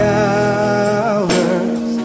hours